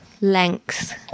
length